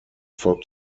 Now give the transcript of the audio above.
folgt